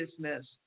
business